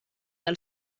del